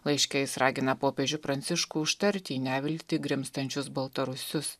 laiške jis ragina popiežių pranciškų užtarti į neviltį grimztančius baltarusius